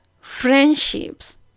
friendships